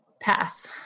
pass